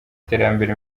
iterambere